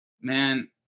Man